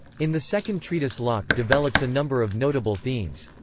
in the second treatise locke develops a number of notable themes.